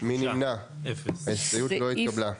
3 נמנעים, 0 ההסתייגות לא התקבלה.